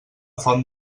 font